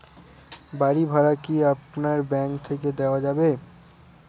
বাড়ী ভাড়া কি আপনার ব্যাঙ্ক থেকে দেওয়া যাবে?